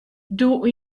doe